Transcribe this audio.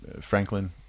Franklin